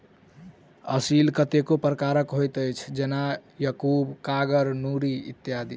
असील कतेको प्रकारक होइत अछि, जेना याकूब, कागर, नूरी इत्यादि